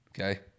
Okay